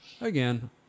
again